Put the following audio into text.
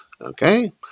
okay